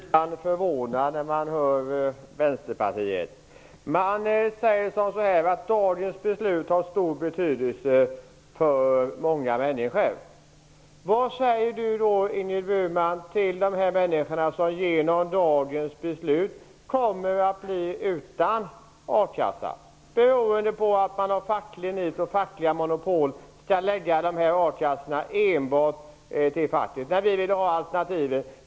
Herr talman! Ibland blir man förvånad när man hör Vänsterpartiets företrädare. Ingrid Burman säger att dagens beslut har stor betydelse för många människor. Vad säger Ingrid Burman till de människor som genom dagens beslut kommer att bli utan a-kassa beroende på att man nu får fackliga monopol på akassorna. Vi vill ha alternativ.